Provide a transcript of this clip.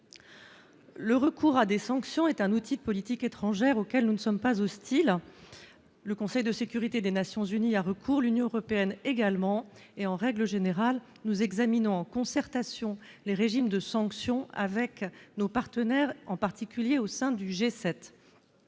le recours à des sanctions est un outil de politique étrangère, auxquels nous ne sommes pas hostiles, le Conseil de sécurité des Nations unies a recours, l'Union européenne également, et en règle générale, nous examinons en concertation, les régimes de sanctions avec nos partenaires, en particulier au sein du G7